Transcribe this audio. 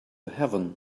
heaven